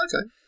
Okay